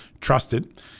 trusted